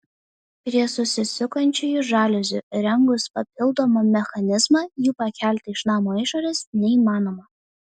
prie susisukančiųjų žaliuzių įrengus papildomą mechanizmą jų pakelti iš namo išorės neįmanoma